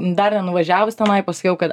dar nenuvažiavus tenai pasakiau kad